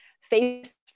face